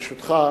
ברשותך,